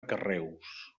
carreus